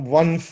one